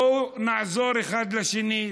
בואו נעזור אחד לשני,